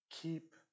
Keep